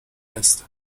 هستم